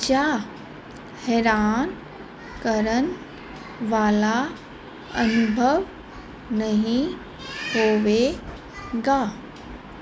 ਜਾਂ ਹੈਰਾਨ ਕਰਨ ਵਾਲਾ ਅਨੁਭਵ ਨਹੀਂ ਹੋਵੇਗਾ